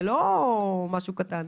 זה לא משהו קטן.